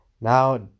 Now